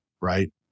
right